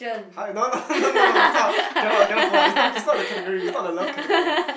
hi no no no no no this type cannot cannot follow up it's not it's not the category it's not the love category